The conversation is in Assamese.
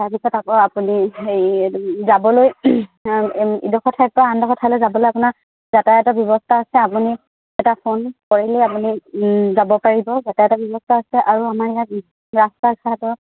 তাৰপিছত আকৌ আপুনি হেৰি এইটো কি যাবলৈ ইডোখৰ ঠাইৰপৰা আনডোখৰ ঠাইলৈ যাবলৈ আপোনাৰ যাতায়তৰ ব্যৱস্থা আছে আপুনি এটা ফোন কৰিলেই আপুনি যাব পাৰিব যাতায়তৰ ব্যৱস্থা আছে আৰু আমাৰ ইয়াত ৰাস্তা ঘাটৰ